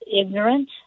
ignorant